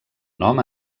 nom